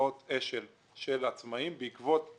בהוצאות אש"ל של העצמאים בעקבות